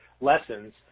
lessons